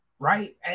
Right